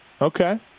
Okay